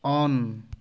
on